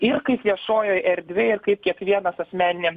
ir kaip viešojoj erdvėj ir kaip kiekvienas asmeniniam